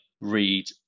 read